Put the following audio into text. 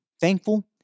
Thankful